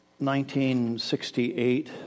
1968